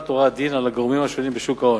הוראות הדין על הגורמים השונים בשוק ההון.